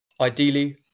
Ideally